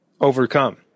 overcome